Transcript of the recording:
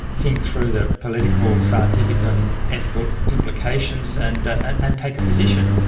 think through the political, scientific and ethical implications, and and take a position.